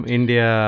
India